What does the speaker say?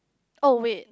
oh wait